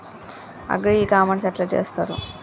Agri e commerce ఎట్ల చేస్తరు?